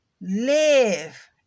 Live